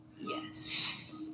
yes